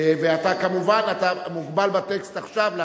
אתה מוגבל בטקסט עכשיו,